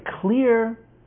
clear